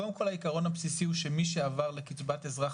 קודם כול העיקרון הבסיסי הוא שמי שעבר לקצבת אזרח